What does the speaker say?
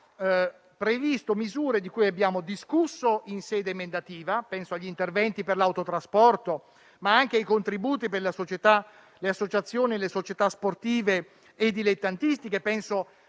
e ha previsto misure di cui abbiamo discusso in sede emendativa. Penso agli interventi per l'autotrasporto, ma anche ai contributi per le associazioni e le società sportive dilettantistiche;